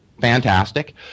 Fantastic